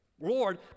Lord